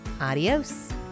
Adios